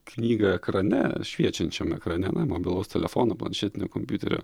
knygą ekrane šviečiančiame ekrane mobilaus telefono planšetinio kompiuterio